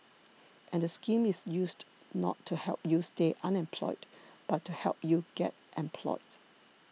and the scheme is used not to help you stay unemployed but to help you get employed